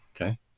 Okay